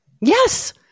Yes